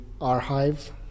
archive